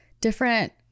different